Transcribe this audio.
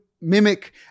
mimic